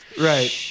Right